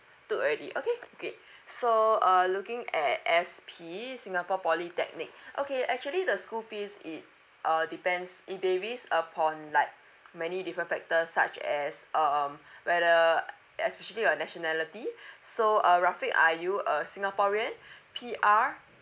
took already okay great so uh looking at S_P singapore polytechnic okay actually the school fees it uh depends it varies upon like many different factors such as um whether especially your nationality so uh rafiq are you a singaporean P_R